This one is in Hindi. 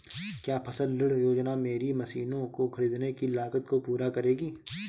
क्या फसल ऋण योजना मेरी मशीनों को ख़रीदने की लागत को पूरा करेगी?